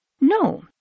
No